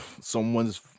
someone's